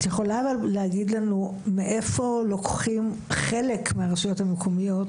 את יכולה להגיד לי מאיפה לוקחים חלק מהרשויות המקומיות